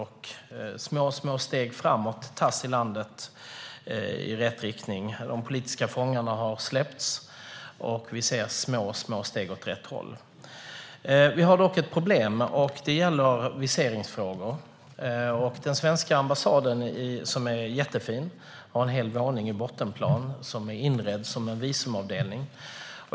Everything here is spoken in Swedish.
I landet tas små steg framåt. De politiska fångarna har släppts, och vi ser att små steg tas åt rätt håll. Vi har dock ett problem. Det gäller viseringsfrågor. Den svenska ambassaden, som är jättefin, har en hel våning i bottenplan som är inredd som en viseringsavdelning.